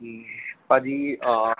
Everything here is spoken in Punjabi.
ਭਾਅ ਜੀ